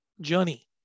journey